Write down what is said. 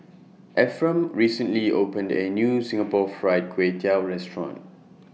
Ephram recently opened A New Singapore Fried Kway Tiao Restaurant